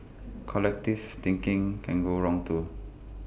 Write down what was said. collectivist thinking can go wrong too